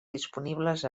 disponibles